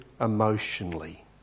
emotionally